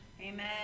Amen